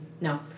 no